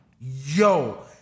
Yo